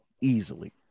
Easily